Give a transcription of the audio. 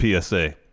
PSA